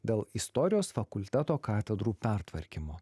dėl istorijos fakulteto katedrų pertvarkymo